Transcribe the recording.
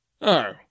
Oh